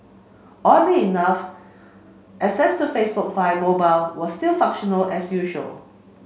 oddly enough access to Facebook via mobile was still functional as usual